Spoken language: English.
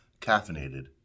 caffeinated